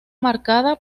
marcada